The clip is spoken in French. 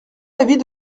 l’avis